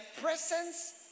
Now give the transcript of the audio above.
presence